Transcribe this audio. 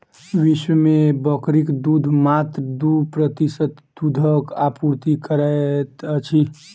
विश्व मे बकरीक दूध मात्र दू प्रतिशत दूधक आपूर्ति करैत अछि